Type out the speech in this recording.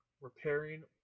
repairing